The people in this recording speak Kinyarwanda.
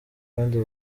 kandi